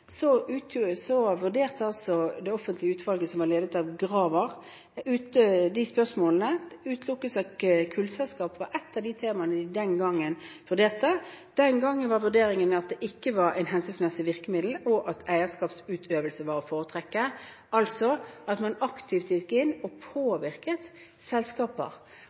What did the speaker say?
vurderte det offentlige utvalget som var ledet av Graver, de spørsmålene. Utelukkelse av kullselskap var et av de temaene de den gangen vurderte. Den gangen var vurderingen at det ikke var et hensiktsmessig virkemiddel, og at eierskapsutøvelse var å foretrekke – altså at man aktivt gikk inn og påvirket selskaper.